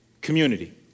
community